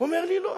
אומר לי: לא.